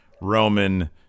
Roman